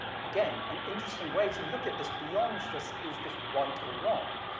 again, an interesting way to look at this beyond just is this right or wrong.